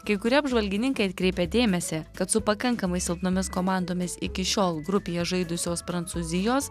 kai kurie apžvalgininkai atkreipia dėmesį kad su pakankamai silpnomis komandomis iki šiol grupėje žaidusios prancūzijos